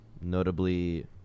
notably